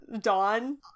Dawn